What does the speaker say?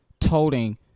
toting